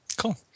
Cool